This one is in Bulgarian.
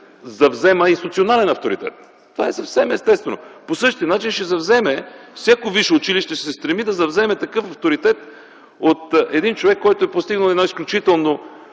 завзема и институционален авторитет. Това е съвсем естествено. По същия начин всяко висше училище ще се стреми да вземе такъв авторитет от един човек, който е постигнал едно изключително